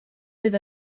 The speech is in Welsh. fydd